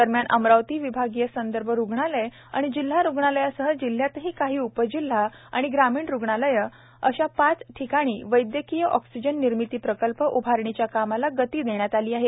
दरम्यान अमरावती विभागीय संदर्भ रुग्णालय व जिल्हा रुग्णालयासह जिल्ह्यातील काही उपजिल्हा व ग्रामीण रुग्णालये अशा पाच ठिकाणी वैद्यकीय ऑक्सिजन निर्मिती प्रकल्प उभारणीच्या कामाला गती देण्यात आली आहे